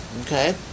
okay